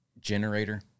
generator